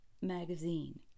magazine